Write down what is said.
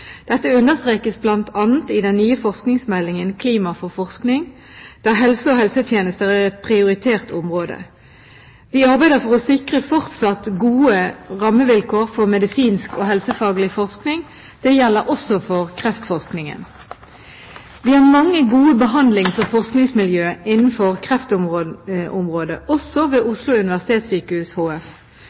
Dette understrekes bl.a. i den nye forskningsmeldingen, Klima for forskning, der helse og helsetjenester er et prioritert område. Vi arbeider for å sikre fortsatt gode rammevilkår for medisinsk og helsefaglig forskning. Det gjelder også for kreftforskningen. Vi har mange gode behandlings- og forskningsmiljøer innen kreftområdet, også ved Oslo universitetssykehus HF.